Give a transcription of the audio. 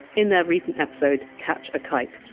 in their recent episode catch a kite,